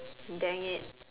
dang it